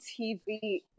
TV